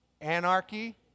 Anarchy